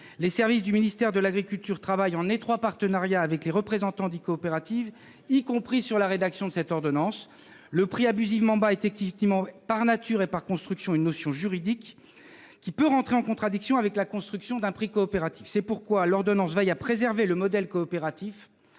Les services du ministère de l'agriculture travaillent en étroit partenariat avec les représentants des coopératives, y compris sur la rédaction de cette ordonnance. Et avec le Parlement ? Le prix abusivement bas est effectivement par nature et par construction une notion juridique qui peut entrer en contradiction avec la construction d'un prix coopératif. C'est pourquoi l'ordonnance veille à préserver le modèle coopératif